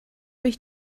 ich